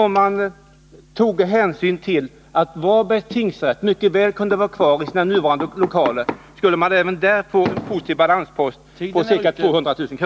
Om man toge hänsyn till att Varbergs tingsrätt mycket väl kunde vara kvar i sina nuvarande lokaler, skulle man även där få en positiv balanspost på ca 200 000 kr.